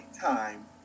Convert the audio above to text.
time